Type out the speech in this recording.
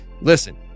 listen